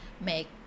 make